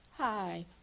hi